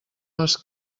les